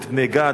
את בני גד,